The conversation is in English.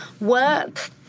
work